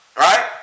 right